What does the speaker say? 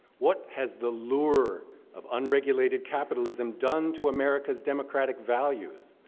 what has the lure of unregulated capitalism done to america's democratic values?